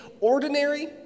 ordinary